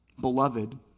beloved